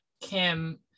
Kim